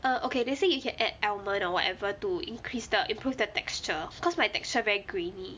err okay they say you can add almond or whatever to increase the improve the texture cause my texture very grainy